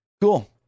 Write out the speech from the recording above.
cool